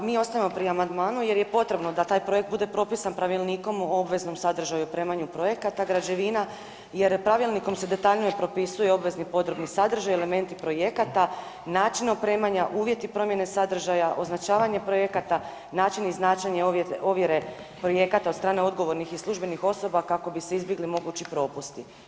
Hvala, pa mi ostajemo pri amandmanu jer je potrebno da taj projekt bude propisan Pravilnikom o obveznom sadržaju i opremanju projekata građevina jer pravilnikom se detaljnije propisuje obvezni potrebni sadržaj i elementi projekata, način opremanja, uvjeti promjene sadržaja, označavanje projekata, način i značenje ovjere projekata od strane odgovornih i službenih osoba kako bi se izbjegli mogući propusti.